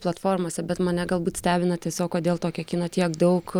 platformose bet mane galbūt stebina tiesiog kodėl tokio kino tiek daug